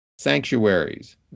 sanctuaries